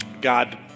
God